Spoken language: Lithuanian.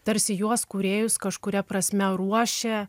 tarsi juos kūrėjus kažkuria prasme ruošia